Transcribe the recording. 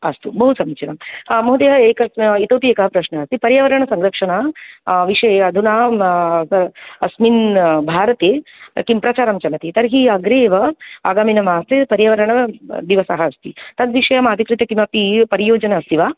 अस्तु बहु समीचीनं महोदय एकः इतोपि एकः प्रश्नः अस्ति पर्यावारणसंरक्षण विषये अधुना अस्मिन् भारते किं प्रचारं चलति तर्हि अग्रे एव आगामिमासे पर्यावरण दिवसः अस्ति तद्विषयम् अधिकृत्य किमपि परियोजना अस्ति वा